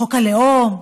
חוק הלאום,